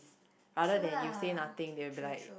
other than you say nothing they will be like